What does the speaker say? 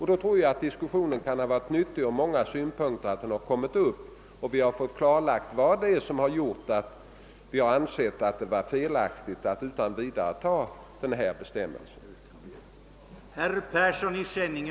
Jag tror att diskussionen kan ha varit nyttig ur många synpunkter: vi har fått klarlagt vad som varit orsaken till att vi ansett det felaktigt att utan vidare ta denna bestämmelse.